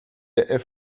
der